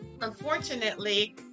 Unfortunately